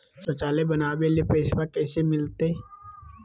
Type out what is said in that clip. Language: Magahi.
शौचालय बनावे ले पैसबा कैसे मिलते?